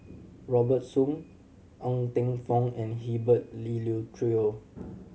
Robert Soon Ng Teng Fong and Herbert Eleuterio